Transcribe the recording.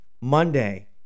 Monday